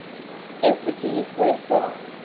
everything is worth while.